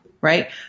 right